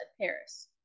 Paris